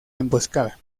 emboscada